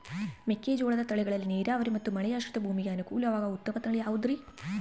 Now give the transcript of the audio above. ಮೆಕ್ಕೆಜೋಳದ ತಳಿಗಳಲ್ಲಿ ನೇರಾವರಿ ಮತ್ತು ಮಳೆಯಾಶ್ರಿತ ಭೂಮಿಗೆ ಅನುಕೂಲವಾಗುವ ಉತ್ತಮ ತಳಿ ಯಾವುದುರಿ?